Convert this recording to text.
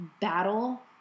battle